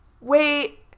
Wait